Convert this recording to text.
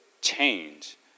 change